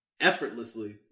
effortlessly